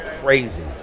crazy